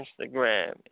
Instagram